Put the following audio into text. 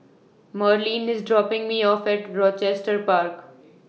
Marleen IS dropping Me off At Rochester Park